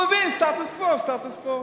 הוא הבין, סטטוס-קוו, סטטוס-קוו.